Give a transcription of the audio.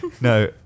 no